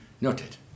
noted